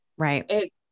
Right